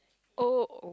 oh